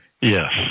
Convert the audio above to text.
Yes